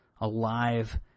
alive